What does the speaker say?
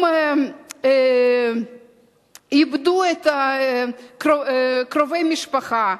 הם איבדו את קרובי המשפחה,